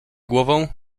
głową